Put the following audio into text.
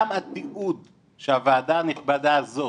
גם התיעוד שהוועדה הנכבדה הזאת